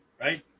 right